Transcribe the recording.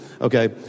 okay